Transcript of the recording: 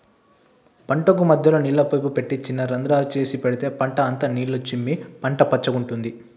పంటకు మధ్యలో నీళ్ల పైపు పెట్టి చిన్న రంద్రాలు చేసి పెడితే పంట అంత నీళ్లు చిమ్మి పంట పచ్చగుంటది